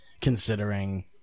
considering